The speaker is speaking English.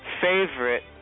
favorite